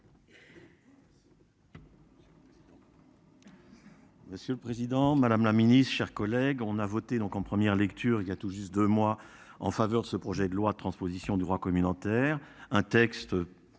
Monsieur le Président Madame la Ministre chers collègues on a voté donc en première lecture il y a tout juste 2 mois en faveur de ce projet de loi de transposition du droit communautaire. Un texte.